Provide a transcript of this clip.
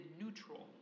neutral